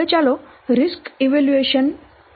હવે ચાલો risk evaluation પદ્ધતિઓ જોઈએ